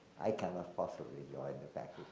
i cannot possibly join the